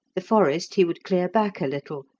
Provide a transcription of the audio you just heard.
the forest he would clear back a little,